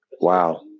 Wow